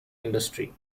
industry